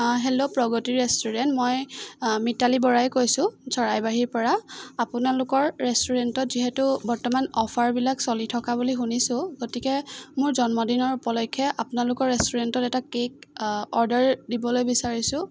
অঁ hello Pragati restaurant মই মিতালী বৰাই কৈছোঁ চৰাইবাহিৰ পৰা আপোনালোকৰ ৰেষ্টুৰেণ্টত যিহেতু বৰ্তমান অফাৰবিলাক চলি থকা বুলি শুনিছোঁ গতিকে মোৰ জন্মদিনৰ উপলক্ষ্যে আপোনালোকৰ ৰেষ্টুৰেণ্টত এটা কে'ক অৰ্ডাৰ দিবলৈ বিচাৰিছোঁ